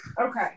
Okay